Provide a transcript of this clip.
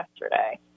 yesterday